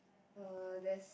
uh there's